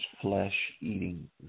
flesh-eating